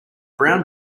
brown